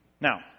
Now